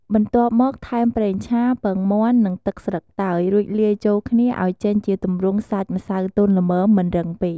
បន្ទាប់មកថែមប្រេងឆា ពងមាន់ និងទឹកស្លឹកតើយ រួចលាយចូលគ្នាឱ្យចេញជាទម្រង់សាច់ម្សៅទន់ល្មម មិនរឹងពេក។